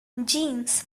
jeans